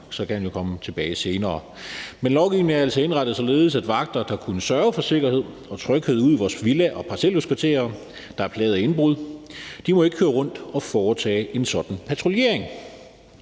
så kan han jo komme tilbage senere. Men lovgivningen er altså indrettet, således at vagter, der kunne sørge for sikkerhed og tryghed ude i vores villa- og parcelhuskvarterer, der er plaget af indbrud, ikke må køre rundt og foretage en sådan patruljering.